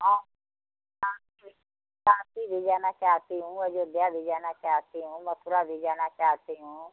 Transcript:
हाँ काशी भी काशी भी जाना चाहती हूँ अयोध्या भी जाना चाहती हूँ मथुरा भी जाना चाहती हूँ